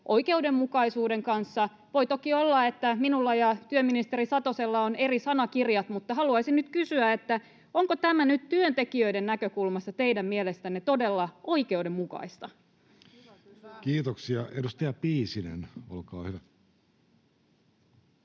oikeudenmukaisuuden kanssa. Voi toki olla, että minulla ja työministeri Satosella on eri sanakirjat, mutta haluaisin nyt kysyä, onko tämä nyt työntekijöiden näkökulmasta teidän mielestänne todella oikeudenmukaista. [Speech 35] Speaker: Jussi Halla-aho